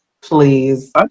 please